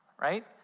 right